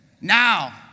Now